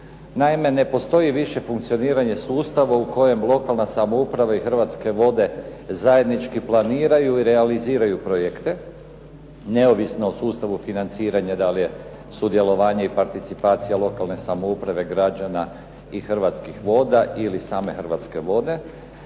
Naime, ne postoji više funkcioniranje sustava u kojem lokalna samouprava i "Hrvatske vode" zajednički planiraju i realiziraju projekte neovisno o sustavu financiranja da li je sudjelovanje i participacija lokalne samouprave građana i "Hrvatskih voda" ili same "Hrvatske vode"